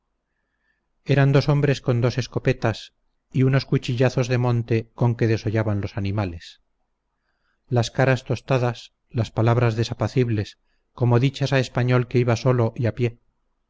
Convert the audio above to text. eran dos hombres con dos escopetas y unos cuchillazos de monte con que desollaban los animales las caras tostadas las palabras desapacibles como dichas a español que iba solo y a pie